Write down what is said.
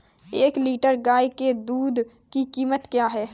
एक लीटर गाय के दूध की कीमत क्या है?